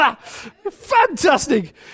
Fantastic